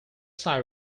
siren